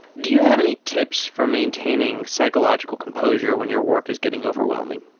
do you have any tips for maintaining psychological composure when your work is getting overwhelming?